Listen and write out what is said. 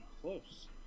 close